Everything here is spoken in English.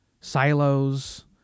silos